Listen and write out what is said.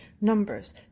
Numbers